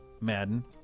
Madden